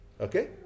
okay